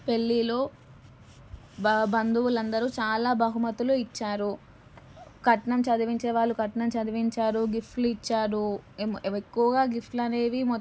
పెళ్ళిలో బా బంధువులు అందరూ చాలా బహుమతులు ఇచ్చారు కట్నం చదివించే వాళ్ళు కట్నం చదివించారు గిఫ్టులు ఇచ్చారు ఎక్కువగా గిఫ్టులు అనేవి మొత్తం